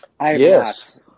Yes